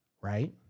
Right